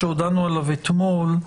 שהודענו עליו אתמול,